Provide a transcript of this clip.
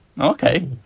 Okay